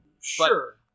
Sure